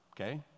Okay